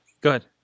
Good